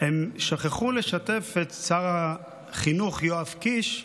הם שכחו לשתף את שר החינוך יואב קיש,